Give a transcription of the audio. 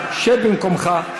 שב במקומך.